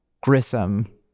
Grissom